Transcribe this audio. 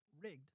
rigged